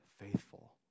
faithful